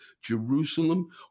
Jerusalem